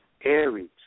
Aries